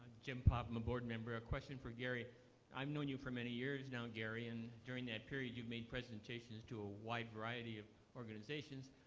jim popham, a board member. a question for gary i've known you for many years now, gary, and during that period, you've made presentations to a wide variety of organizations.